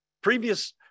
Previous